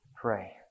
pray